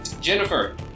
Jennifer